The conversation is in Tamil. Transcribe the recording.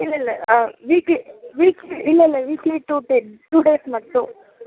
இல்லல்ல வீக்லி வீக் இல்லல்ல weekly two date two days மட்டும்